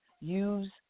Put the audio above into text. use